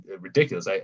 ridiculous